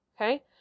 Okay